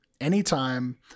anytime